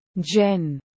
Jen